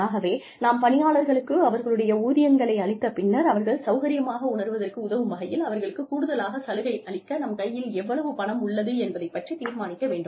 ஆகவே நாம் பணியாளர்களுக்கு அவர்களுடைய ஊதியங்களை அளித்த பின்னர் அவர்கள் சௌகரியமாக உணருவதற்கு உதவும் வகையில் அவர்களுக்கு கூடுதலாகச் சலுகை அளிக்க நம் கையில் எவ்வளவு பணம் உள்ளது என்பதைப் பற்றித் தீர்மானிக்க வேண்டும்